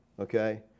okay